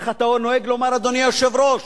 איך אתה נוהג לומר, אדוני היושב-ראש?